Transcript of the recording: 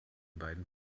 beiden